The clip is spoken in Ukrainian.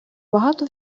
багато